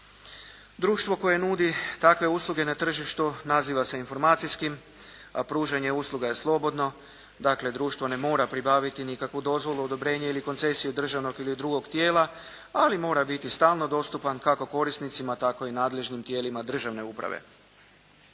Društvo koje nudi takve usluge na tržištu naziva se informacijskim, a pružanje usluga je slobodno, dakle društvo ne mora pribaviti nikakvu dozvolu, odobrenje ili koncesiju državnog ili drugog tijela, ali mora biti stalno dostupan, kako korisnicima tako i nadležnim tijelima državne uprave.